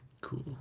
Cool